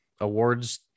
awards